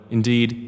Indeed